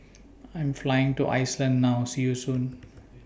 I Am Flying to Iceland now See YOU Soon